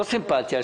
לא סימפתיה.